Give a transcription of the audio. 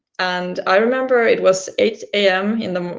and i remember it was eight am